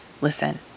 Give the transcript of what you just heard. listen